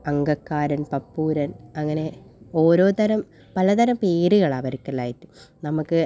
അങ്കക്കാരൻ പപ്പൂരൻ അങ്ങനെ ഓരോ തരം പല തരം പേരുകളാണ് അവർക്കെല്ലാമായിട്ട് നമുക്ക്